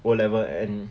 O level end